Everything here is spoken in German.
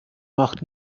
macht